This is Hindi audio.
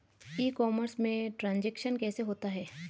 ई कॉमर्स में ट्रांजैक्शन कैसे होता है?